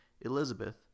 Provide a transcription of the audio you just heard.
Elizabeth